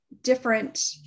different